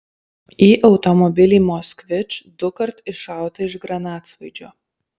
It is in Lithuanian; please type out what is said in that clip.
į automobilį moskvič dukart iššauta iš granatsvaidžio